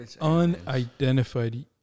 unidentified